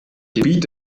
gebiet